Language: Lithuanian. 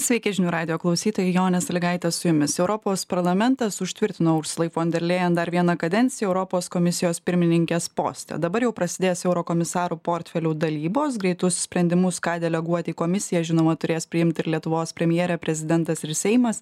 sveiki žinių radijo klausytojai jonė salygaitė su jumis europos parlamentas užtvirtino ursulai fonderlejen dar vieną kadenciją europos komisijos pirmininkės poste dabar jau prasidės eurokomisarų portfelių dalybos greitus sprendimus ką deleguoti į komisiją žinoma turės priimti ir lietuvos premjerė prezidentas ir seimas